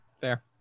Fair